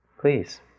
please